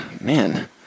Man